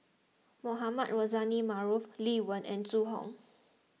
Mohamed Rozani Maarof Lee Wen and Zhu Hong